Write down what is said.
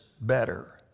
better